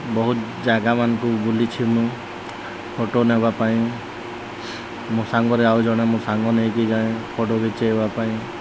ବହୁତ ଜାଗାମାନଙ୍କୁ ବୁଲିଛି ମୁଁ ଫଟୋ ନେବା ପାଇଁ ମୋ ସାଙ୍ଗରେ ଆଉ ଜଣେ ମୋ ସାଙ୍ଗ ନେଇକି ଯାଏ ଫଟୋ ଖିଚେଇବା ପାଇଁ